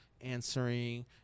answering